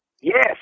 Yes